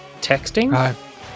Texting